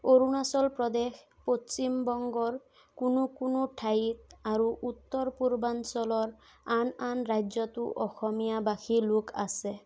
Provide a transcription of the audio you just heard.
অৰুণাচল প্ৰদেশ পশ্চিম বংগৰ কোনো কোনো ঠাইত আৰু উত্তৰ পূৰ্বাঞ্চলৰ আন আন ৰাজ্যতো অসমীয়া ভাষী লোক আছে